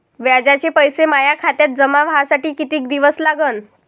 व्याजाचे पैसे माया खात्यात जमा व्हासाठी कितीक दिवस लागन?